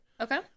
Okay